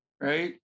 Right